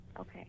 Okay